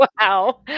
Wow